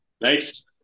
Nice